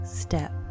step